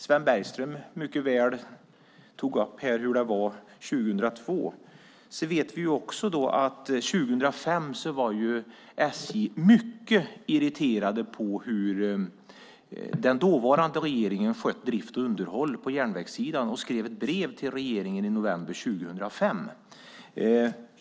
Sven Bergström beskrev mycket väl hur det var 2002. Vi vet också att SJ 2005 var mycket irriterade på hur den dåvarande regeringen skötte drift och underhåll på järnvägssidan och skrev ett brev till regeringen i november 2005.